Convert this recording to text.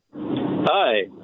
Hi